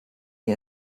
wir